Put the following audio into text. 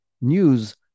news